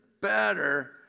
better